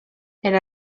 elle